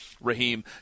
Raheem